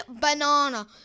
banana